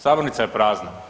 Sabornica je prazna.